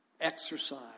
Exercise